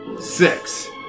six